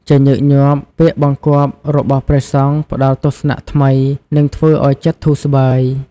ជាញឹកញាប់ ពាក្យបង្គាប់របស់ព្រះសង្ឃផ្តល់ទស្សនៈថ្មី និងធ្វើឱ្យចិត្តធូរស្បើយ។